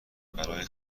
برای